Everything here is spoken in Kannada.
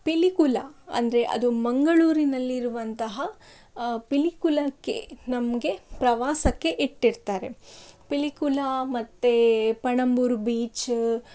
ಪಿಲಿಕುಲ ಅಂದರೆ ಅದು ಮಂಗಳೂರಿನಲ್ಲಿ ಇರುವಂತಹ ಪಿಲಿಕುಲಕ್ಕೆ ನಮಗೆ ಪ್ರವಾಸಕ್ಕೆ ಇಟ್ಟಿರ್ತಾರೆ ಪಿಲಿಕುಲ ಮತ್ತು ಪಣಂಬೂರು ಬೀಚ್